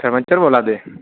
सरपैंच होर बोल्ला दे